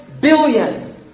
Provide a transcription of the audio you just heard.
billion